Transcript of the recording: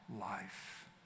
life